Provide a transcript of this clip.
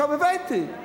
הבאתי,